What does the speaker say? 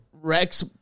Rex